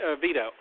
veto